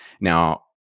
Now